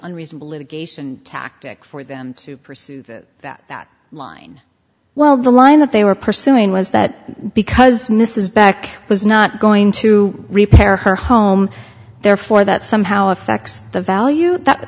unreasonable litigation tactic for them to pursue that line while the line that they were pursuing was that because mrs back was not going to repair her home therefore that somehow effects the value that